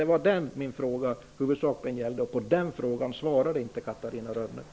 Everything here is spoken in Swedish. Det var detta min fråga huvudsakligen gällde, och på det svarade inte Catarina Rönnung.